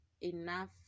enough